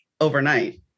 overnight